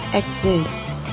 exists